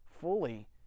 fully